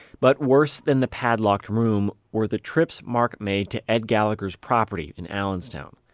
but worse than the padlocked room, were the trips mark made to ed gallagher's property in allenstown.